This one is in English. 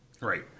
Right